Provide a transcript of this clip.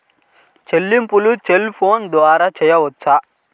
చెల్లింపులు cell phone ద్వారా చేయవచ్చా?